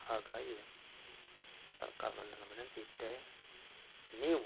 ಹಾಗಾಗಿ ಸರ್ಕಾರದಲ್ಲಿನ ವಿನಂತಿ ಇಷ್ಟೆ ನೀವು